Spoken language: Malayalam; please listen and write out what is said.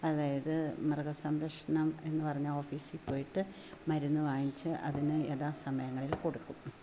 ആതായത് മൃഗ സംരക്ഷണം എന്നു പറഞ്ഞ ഓഫീസിൽ പോയിട്ട് മരുന്നു വാങ്ങിച്ച് അതിന് യഥാസമയങ്ങളില് കൊടുക്കും